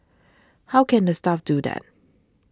how can the staff do that